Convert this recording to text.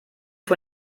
von